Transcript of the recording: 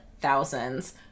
thousands